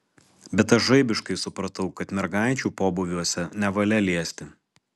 bet aš žaibiškai supratau kad mergaičių pobūviuose nevalia liesti